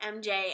MJ